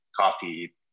coffee